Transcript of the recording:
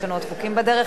יש לנו עוד חוקים בדרך.